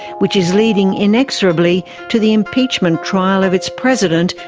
which is leading inexorably to the impeachment trial of its president,